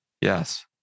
yes